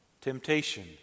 temptation